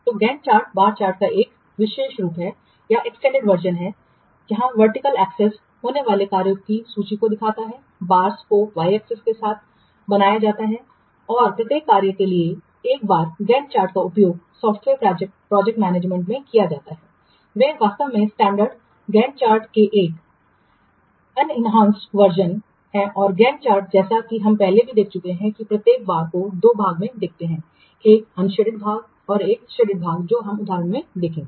तो Gantt chart bar chart का एक विशेष रूप है यहाँ वर्टिकल एक्सेस होने वाले कार्यों की सूची को दिखाता है बारस को y axis के साथ खींचा जाता है और प्रत्येक कार्य के लिए एक बार गैन्ट चार्ट का उपयोग सॉफ्टवेयर प्रोजेक्ट मैनेजमेंट में किया जाता है वे वास्तव में स्टैंडर्ड् गैन्ट चार्ट के एक एनहांसड वर्जन हैं और गैन्ट चार्ट जैसा कि हम पहले ही देख चुके हैं कि प्रत्येक बार में दो भाग होते हैं एक अंशएडेड भाग और एक शेडेड भाग जो हम उदाहरण में देखेंगे